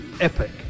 epic